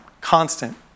constant